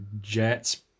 Jets